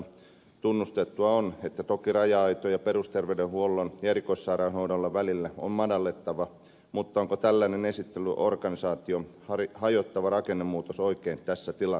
tunnustettua on että toki raja aitoja perusterveydenhuollon ja erikoissairaanhoidon välillä on madallettava mutta onko tällainen esitetty organisaatio hajottava rakennemuutos oikein tässä tilanteessa